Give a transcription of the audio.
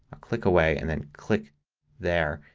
i'll click away and then click there.